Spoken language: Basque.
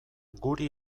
guri